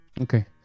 Okay